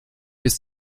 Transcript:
bis